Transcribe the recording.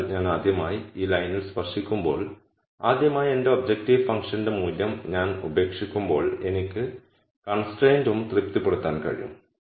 അതിനാൽ ഞാൻ ആദ്യമായി ഈ ലൈനിൽയിൽ സ്പർശിക്കുമ്പോൾ ആദ്യമായി എന്റെ ഒബ്ജക്റ്റീവ് ഫങ്ക്ഷന്റെ മൂല്യം ഞാൻ ഉപേക്ഷിക്കുമ്പോൾ എനിക്ക് കൺസ്ട്രൈന്റും തൃപ്തിപ്പെടുത്താൻ കഴിയും